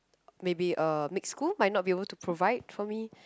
maybe um mixed school might not be able to provide for me